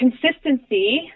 consistency